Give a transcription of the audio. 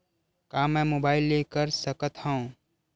का मै मोबाइल ले कर सकत हव?